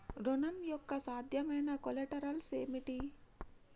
ఋణం యొక్క సాధ్యమైన కొలేటరల్స్ ఏమిటి?